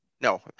No